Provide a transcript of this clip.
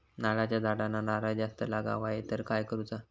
नारळाच्या झाडांना नारळ जास्त लागा व्हाये तर काय करूचा?